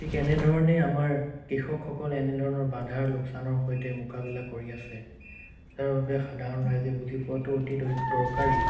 ঠিক এনেধৰণেই আমাৰ কৃষকসকলে এনে ধৰণৰ বাধা আৰু লোকচানৰ সৈতে মোকাবিলা কৰি আছে যাৰ বাবে সাধাৰণ ৰাইজে বুজি পোৱাটো অতি দৰকাৰী